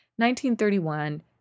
1931